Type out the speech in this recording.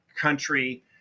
country